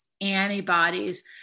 antibodies